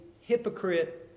hypocrite